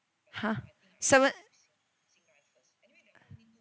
!huh! seven